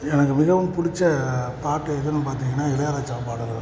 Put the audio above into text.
எனக்கு மிகவும் பிடிச்ச பாட்டு எதுன்னு பார்த்தீங்கன்னா இளையராஜா பாடல்கள்